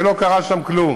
ולא קרה שם כלום,